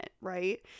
right